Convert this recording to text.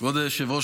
כבוד היושב-ראש,